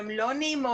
והן לא נעימות.